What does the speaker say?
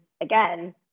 again